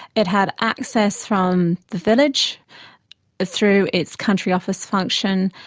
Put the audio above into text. it had access from the village through its country office function,